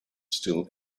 still